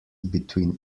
between